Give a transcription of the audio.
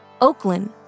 Oakland